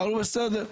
אמרנו בסדר,